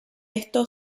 esto